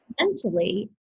mentally